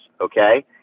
okay